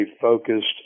focused